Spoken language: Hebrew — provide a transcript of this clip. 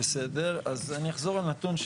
אני אחזור לנתון,